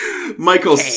Michael